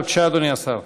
בבקשה, אדוני השר.